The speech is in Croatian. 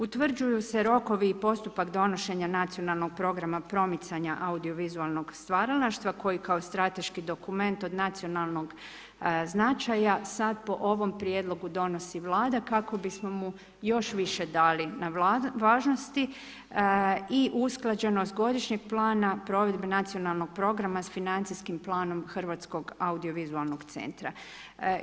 Utvrđuju se rokovi i postupak donošenja nacionalnog programa promicanja audiovizualnog stvaralaštva koji kao strateški dokument od nacionalnog značaja sad po ovom prijedlog odnosi Vlada, kako bismo mu još više dali na važnosti i usklađenost godišnjeg plana provedbe nacionalnog programa s financijskim planom HAVC-a.